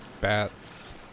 bats